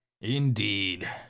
Indeed